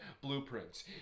Blueprints